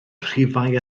rhifau